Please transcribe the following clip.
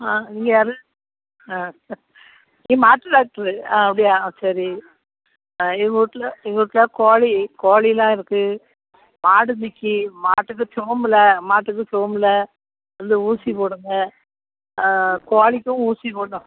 ஆ நீங்கள் யார் ஆ மாட்டு டாக்டரு ஆ அப்படியா சரி ஆ எங்கள் வீட்டுல எங்கள் வீட்டுல கோழி கோழியெலாம் இருக்குது மாடு நிக்கி மாட்டுக்கு சோமுல மாட்டுக்கு சோமுல வந்து ஊசி போடுங்க ஆ கோழிக்கும் ஊசி போடணும்